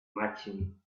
marching